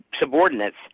subordinates